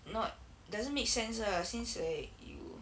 not doesn't make sense lah since you like you